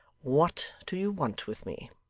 what do you want with me